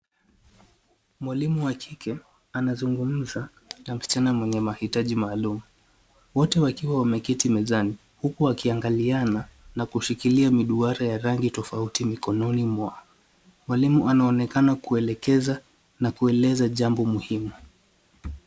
Mwalimu wa kike anazungumza na msichana mwenye mahitaji maalum wote wakiwa wameketi mezani huku wakiangaliana na kushikilia miduara ya rangi tofauti mikononi mwao. Mwalimu anaonekana kuelekeza na kueleza jambo muhimu.